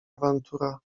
awantura